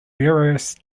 various